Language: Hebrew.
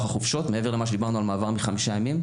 החופשות מעבר למה שדיברנו על מעבר לחמישה ימים,